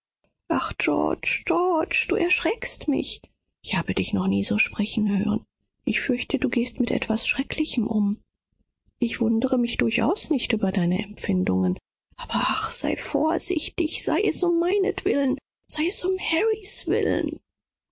georg du erschreckst mich ich habe dich nie so reden hören ich fürchte mich daß du etwas schreckliches begehen könntest ich wundere mich durchaus nicht über deine empfindungen aber ich bitte dich sei vorsichtig bitte bitte um meinetwillen um harry's willen